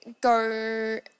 go